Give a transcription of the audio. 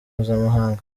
mpuzamahanga